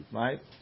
right